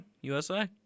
USA